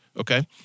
Okay